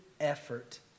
effort